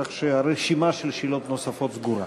כך שהרשימה של שאלות נוספות סגורה.